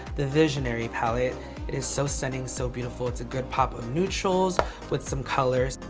the visionary palette. it is so stunning, so beautiful. it's a good pop of neutrals with some colors.